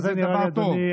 זה דבר טוב.